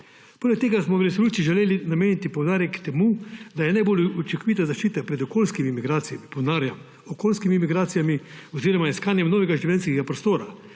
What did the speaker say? Poleg tega smo v resoluciji želeli nameniti poudarek temu, da je najbolj učinkovita zaščita pred okoljskimi migracijami, poudarjam okoljskimi migracijami, oziroma iskanjem novega življenjskega prostora